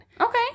Okay